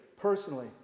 personally